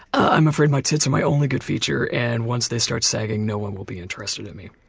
i'm afraid my tits are my only good feature and once they start sagging no one will be interested in me.